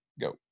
go